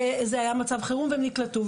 כי זה היה מצב חירום והן נקלטו,